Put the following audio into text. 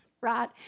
right